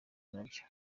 nabyo